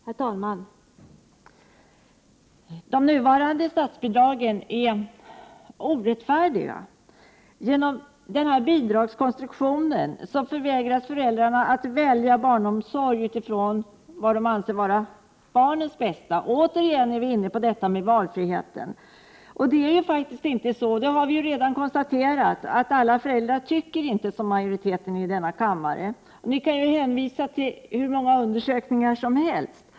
Herr talman! De nuvarande statsbidragen är orättfärdiga. Genom bidragskonstruktionen förvägras föräldrarna rätt att välja barnomsorg utifrån vad de anser vara barnens bästa — återigen är vi inne på detta med valfriheten. Vi har redan konstaterat att alla föräldrar inte tycker som majoriteten i denna kammare. Man kan hänvisa till hur många undersökningar som helst.